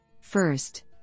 First